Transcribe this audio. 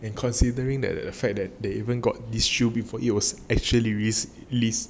and considering that the fact they even got this shoe is actually rare list